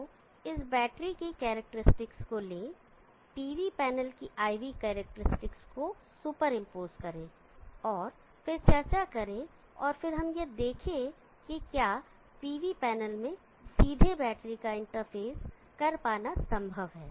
तो इस बैटरी की करैक्टेरिस्टिक्स को लें pv पैनल की IV करैक्टेरिस्टिक्स को सुपर इंपोज करें और फिर चर्चा करें और फिर हम यह देखे कि क्या pv पैनल में सीधे बैटरी को इंटरफ़ेस कर पाना संभव है